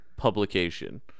Publication